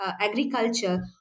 agriculture